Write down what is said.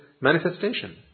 manifestation